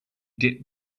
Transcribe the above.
dip